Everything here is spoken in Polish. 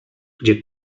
gdzie